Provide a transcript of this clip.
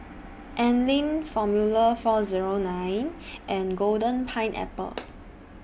Anlene Formula four Zero nine and Golden Pineapple